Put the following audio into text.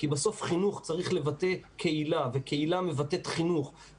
כי בסוף חינוך צריך לבטא קהילה וקהילה מבטאת חינוך.